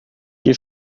die